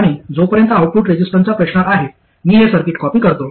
आणि जोपर्यंत आउटपुट रेझिस्टन्सचा प्रश्न आहे मी हे सर्किट कॉपी करतो